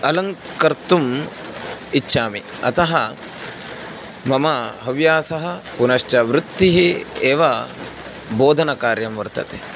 अलङ्कर्तुम् इच्छामि अतः मम हव्यासः पुनश्च वृत्तिः एव बोधनकार्यं वर्तते